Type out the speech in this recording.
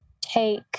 take